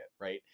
Right